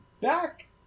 back